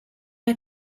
are